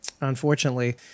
Unfortunately